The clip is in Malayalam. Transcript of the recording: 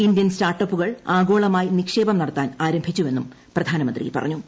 ഇന്ത്യൻ സ്റ്റാർട്ടപ്പുകൾ ആഗോളമായി നിക്ഷേപം നടത്താൻ ആരംഭിച്ചുവെന്നും പ്രധാനമന്ത്രി പറഞ്ഞു